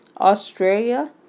Australia